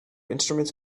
instruments